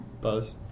Buzz